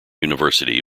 university